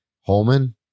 Holman